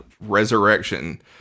resurrection